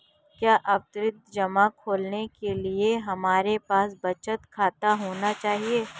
क्या आवर्ती जमा खोलने के लिए हमारे पास बचत खाता होना चाहिए?